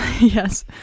Yes